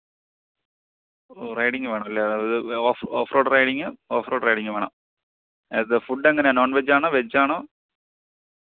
ഓ riding വേണമല്ലേ off off road riding off road riding വേണം അത് ഫുഡ് അങ്ങനെയാണ് നോൺ വെജ്ജാണോ വെജ്ജാണോ